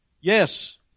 Yes